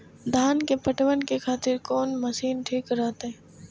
धान के पटवन के खातिर कोन मशीन ठीक रहते?